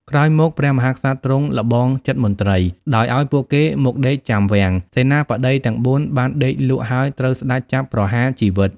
ក្រោយមក ព្រះមហាក្សត្រទ្រង់ល្បងចិត្តមន្ត្រី ដោយអោយពួកគេមកដេកចាំវាំង សេនាបតីទាំង ៤ បានដេកលក់ហើយត្រូវស្តេចចាប់ប្រហារជីវិត។